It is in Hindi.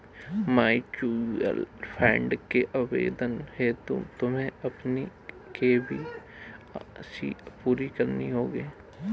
म्यूचूअल फंड के आवेदन हेतु तुम्हें अपनी के.वाई.सी पूरी करनी होगी